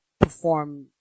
perform